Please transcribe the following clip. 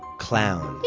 clownclown